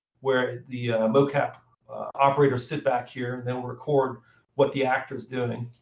where the mocap operators sit back here. and then we'll record what the actor is doing.